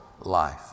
life